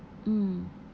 mm